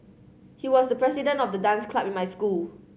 he was the president of the dance club in my school